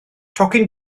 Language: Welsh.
tocyn